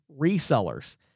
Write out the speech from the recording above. resellers